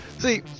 see